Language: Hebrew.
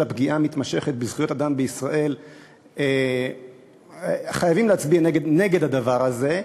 הפגיעה המתמשכת בזכויות אדם בישראל חייבים להצביע נגד הדבר הזה.